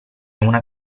una